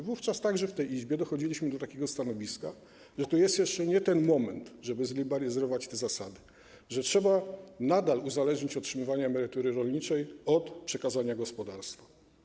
Wówczas w tej Izbie dochodziliśmy do takiego stanowiska, że to jeszcze nie jest ten moment, żeby zliberalizować te zasady, że trzeba nadal uzależnić otrzymywanie emerytury rolniczej od przekazania gospodarstwa.